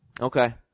Okay